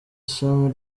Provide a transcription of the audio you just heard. ishami